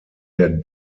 der